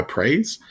Praise